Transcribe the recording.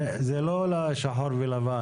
זה לא שחור ולבן.